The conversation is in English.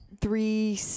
three